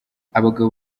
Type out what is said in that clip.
abagabo